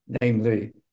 namely